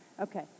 Okay